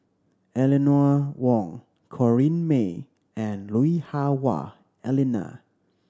Eleanor Wong Corrinne May and Lui Hah Wah Elena